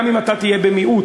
גם אם אתה תהיה במיעוט,